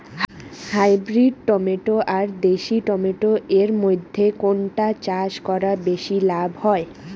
Hybrid tomato আর দেশি tomato এর মইধ্যে কোনটা চাষ করা বেশি লাভ হয়?